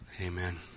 Amen